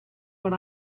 what